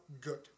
good